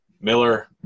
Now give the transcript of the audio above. Miller